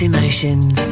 Emotions